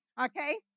Okay